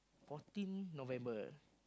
fourteen November